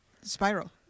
Spiral